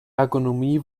ergonomie